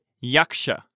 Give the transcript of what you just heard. yaksha